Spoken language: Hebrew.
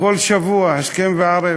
כל שבוע, השכם והערב,